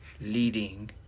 leading